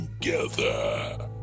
together